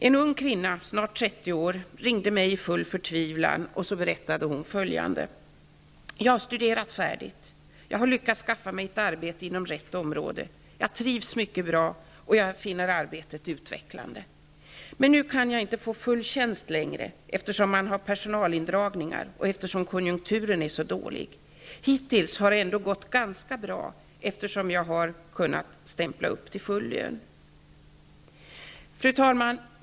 En ung kvinna, snart 30 år, ringde mig i full förtvivlan och berättade följande: Jag har studerat färdigt. Jag har lyckats skaffa mig ett arbete inom rätt område. Jag trivs mycket bra, och jag finner arbetet utvecklande. Men nu kan jag inte längre få full tjänst, eftersom man gör personalindragningar och eftersom konjunkturen är så dålig. Hittills har det ändå gått ganska bra, eftersom jag har kunnat stämpla upp till full lön. Fru talman!